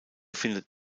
findet